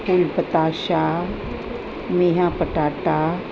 फूल पताशा मेहा पटाटा